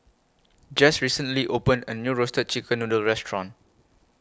Jess recently opened A New Roasted Chicken Noodle Restaurant